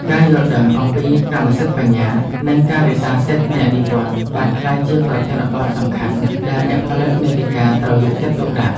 ការយល់ដឹងអំពីកម្មសិទ្ធិបញ្ញា និងការរក្សាសិទ្ធិអ្នកនិពន្ធបានក្លាយជាប្រធានបទសំខាន់ដែលអ្នកផលិតមាតិកាត្រូវយកចិត្តទុកដាក់។